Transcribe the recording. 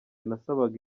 nasabaga